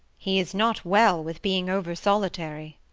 he is not well with being over-solitary.